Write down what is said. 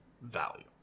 value